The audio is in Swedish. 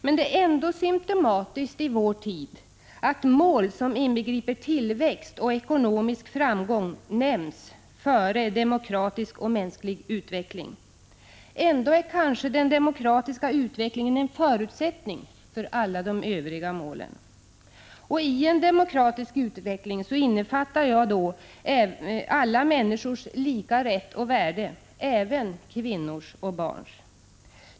Men det är ändå symptomatiskt i vår tid att mål som inbegriper tillväxt och 53 ekonomisk framgång nämns före demokratisk och mänsklig utveckling. Ändå är kanske den demokratiska utvecklingen en förutsättning för de övriga målen. I en demokratisk utveckling innefattar jag alla människors lika rätt och värde, dvs. även kvinnors och barns.